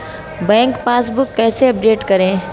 Bank passbook कैसे update करें?